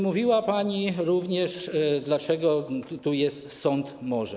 Mówiła pani również, dlaczego tu jest: sąd może.